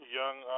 young